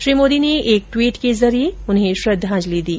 श्री मोदी र्न एक ट्वीट के जरिये उन्हें श्रद्वाजलि दी